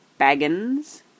Baggins